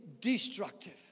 destructive